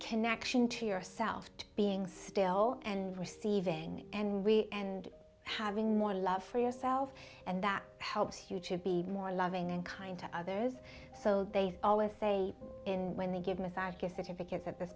connection to yourself being still and receiving and really and having more love for yourself and that helps you to be more loving and kind to others so they always say in when they give massage gift certificates at th